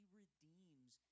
redeems